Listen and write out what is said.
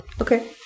Okay